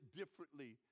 differently